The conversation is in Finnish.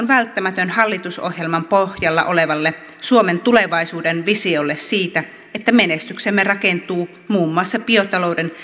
välttämätön hallitusohjelman pohjalla olevalle suomen tulevaisuuden visiolle siitä että menestyksemme rakentuu muun muassa biotalouden